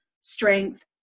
strength